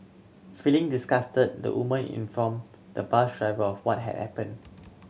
feeling disgusted the woman inform the bus driver of what had happen